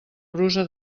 brusa